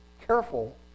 careful